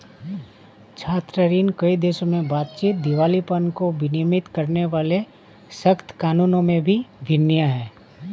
छात्र ऋण, कई देशों में बातचीत, दिवालियापन को विनियमित करने वाले सख्त कानूनों में भी भिन्न है